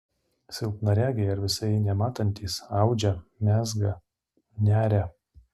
silpnaregiai ar visai nematantys audžia mezga neria